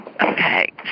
Okay